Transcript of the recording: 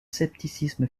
scepticisme